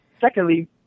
Secondly